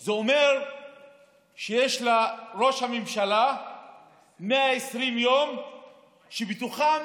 זה אומר שיש לראש הממשלה 120 יום שבתוכם